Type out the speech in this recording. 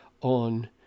on